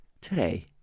today